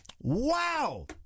Wow